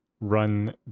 run